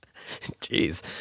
Jeez